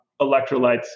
electrolytes